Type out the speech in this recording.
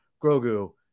Grogu